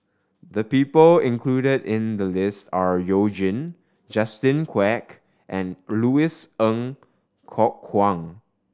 the people included in the list are You Jin Justin Quek and Louis Ng Kok Kwang